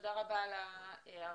תודה רבה על ההערה.